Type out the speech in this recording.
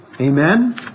Amen